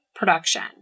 production